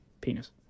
penis